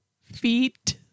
Feet